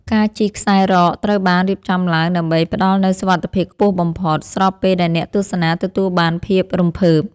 ការជិះខ្សែរ៉កត្រូវបានរៀបចំឡើងដើម្បីផ្ដល់នូវសុវត្ថិភាពខ្ពស់បំផុត ស្របពេលដែលអ្នកទស្សនាទទួលបានភាពរំភើប។